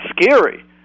scary